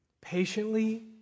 patiently